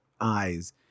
eyes